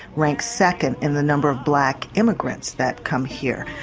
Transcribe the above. ranks second in the number of black immigrants that come here.